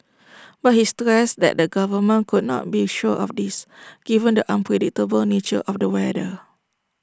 but he stressed that the government could not be sure of this given the unpredictable nature of the weather